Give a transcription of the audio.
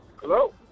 Hello